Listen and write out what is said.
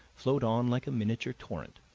flowed on like a miniature torrent,